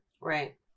Right